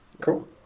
cool